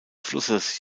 flusses